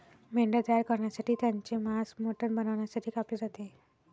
मेंढ्या तयार करण्यासाठी त्यांचे मांस मटण बनवण्यासाठी कापले जाते